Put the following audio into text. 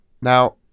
Now